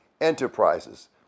enterprises